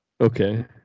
Okay